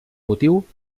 motiu